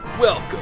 Welcome